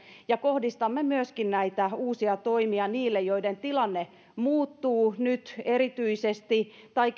ja kohdistamme myöskin näitä uusia toimia niille joiden tilanne muuttuu nyt erityisesti tai